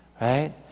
right